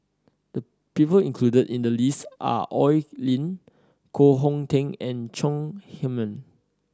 the people included in the list are Oi Lin Koh Hong Teng and Chong Heman